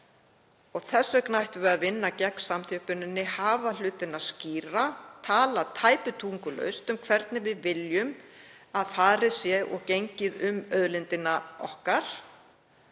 Þess vegna ættum við að vinna gegn samþjöppuninni, hafa hlutina skýra, tala tæpitungulaust um hvernig við viljum að farið sé með og gengið um auðlindina okkar